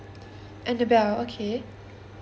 annabelle okay